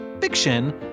fiction